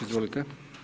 Izvolite.